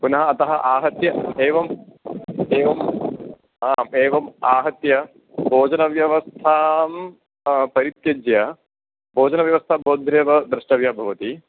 पुनः अतः आहत्य एवम् एवं आम् एवम् आहत्य भोजनव्यवस्थां परित्यज्य भोजनव्यवस्था भवद्भिरेव द्रष्टव्या भवति